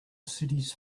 cities